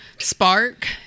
spark